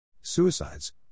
Suicides